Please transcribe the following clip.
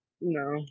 No